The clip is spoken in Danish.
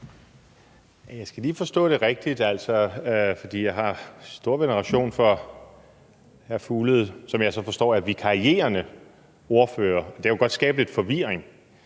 Jeg skal lige forstå det rigtigt. For jeg har stor veneration for hr. Mads Fuglede, som jeg så forstår er vikarierende ordfører, men det kunne godt skabe lidt forvirring,